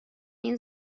این